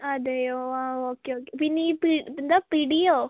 അതെയോ അതെ okay okay പിന്നെ ഈ എന്താ പിടിയോ